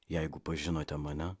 jeigu pažinote mane